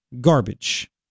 Garbage